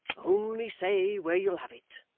only say where you'll have it.